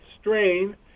strain